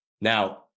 Now